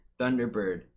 Thunderbird